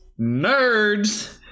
nerds